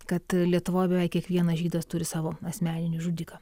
kad lietuvoj beveik kiekvienas žydas turi savo asmeninį žudiką